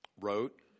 wrote